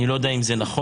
אני לא יודע אם זה נכון,